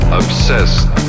obsessed